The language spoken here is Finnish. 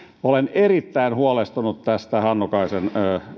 olen erittäin huolestunut tästä hannukaisen